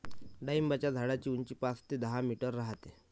डाळिंबाच्या झाडाची उंची पाच ते दहा मीटर राहते